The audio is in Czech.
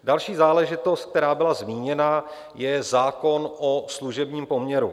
Další záležitost, která byla zmíněna, je zákon o služebním poměru.